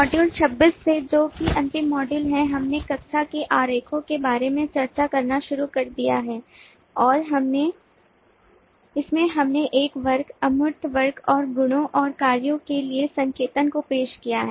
module 26 से जो कि अंतिम मॉड्यूल है हमने कक्षा के आरेखों के बारे में चर्चा करना शुरू कर दिया है और इसमें हमने एक वर्ग अमूर्त वर्ग और गुणों और कार्यों के लिए संकेतन को पेश किया है